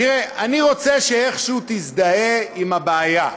תראה, אני רוצה שאיכשהו תזדהה עם הבעיה.